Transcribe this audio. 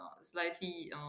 slightly